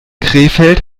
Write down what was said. krefeld